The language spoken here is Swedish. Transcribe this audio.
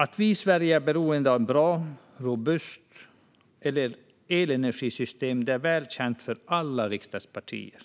Att vi i Sverige är beroende av ett bra och robust elenergisystem är väl känt för alla riksdagspartier.